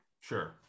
Sure